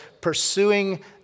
pursuing